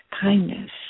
kindness